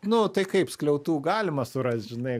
nu tai kaip skliautų galima surast žinai